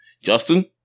Justin